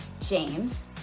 James